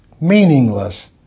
meaningless